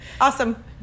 Awesome